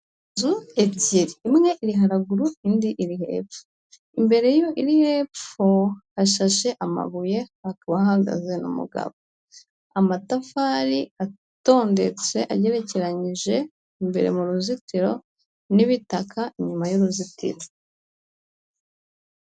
Inzu ebyiri imwe; iri haruguru indi iri hepfo. imbere y'iri hepfo, hashashe amabuye hakaba hahagaze n'umugabo. Amatafari atondetse, agerekeranyije imbere mu ruzitiro n'ibitaka inyuma y'uruzitiro.